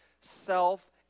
self